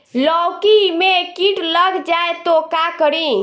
लौकी मे किट लग जाए तो का करी?